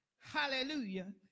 Hallelujah